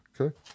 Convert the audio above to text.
Okay